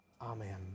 Amen